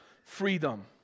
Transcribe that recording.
freedom